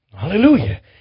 Hallelujah